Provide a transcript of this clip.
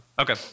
Okay